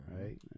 right